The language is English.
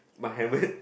my helmet